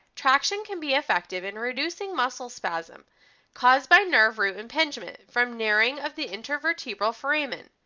traction can be effective in reducing muscle spasm caused by nerve root impingement from narrowing of the intervertebral foramen,